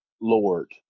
Lord